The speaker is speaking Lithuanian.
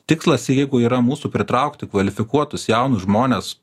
tikslas jeigu yra mūsų pritraukti kvalifikuotus jaunus žmones